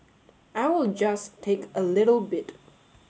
I will just take a little bit